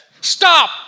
Stop